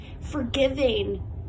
forgiving